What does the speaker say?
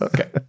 Okay